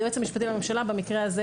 היועץ המשפטי לממשלה במקרה הזה,